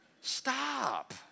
Stop